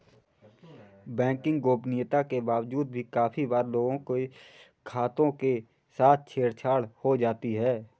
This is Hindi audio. बैंकिंग गोपनीयता के बावजूद भी काफी बार लोगों के खातों के साथ छेड़ छाड़ हो जाती है